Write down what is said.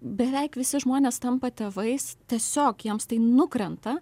beveik visi žmonės tampa tėvais tiesiog jiems tai nukrenta